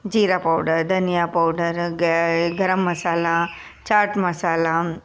jeera powder dhaniya powder garam masala chaat ಮಸಾಲೆ